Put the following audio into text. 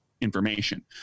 information